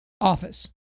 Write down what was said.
office